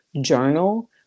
journal